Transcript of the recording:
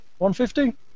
150